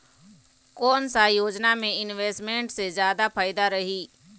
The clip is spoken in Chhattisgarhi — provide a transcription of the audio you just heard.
कोन सा योजना मे इन्वेस्टमेंट से जादा फायदा रही?